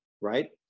Right